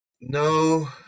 No